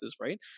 right